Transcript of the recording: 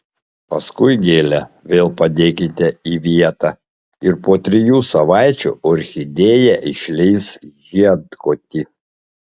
paskui gėlę vėl padėkite į vietą ir po trijų savaičių orchidėja išleis žiedkotį